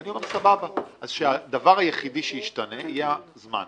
אני אומר סבבה, שהדבר היחידי שישתנה יהיה הזמן.